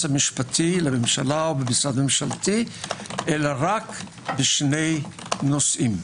המשפטי לממשלה או במשרד ממשלתי אלא רק בשני נושאים: